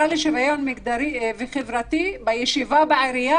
לשוויון מגדרי וחברתי מירב כהן בעירייה,